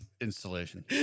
installation